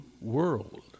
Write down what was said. world